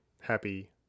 Happy